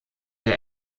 der